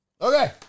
Okay